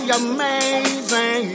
amazing